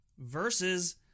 versus